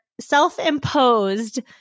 self-imposed